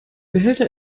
behälter